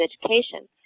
education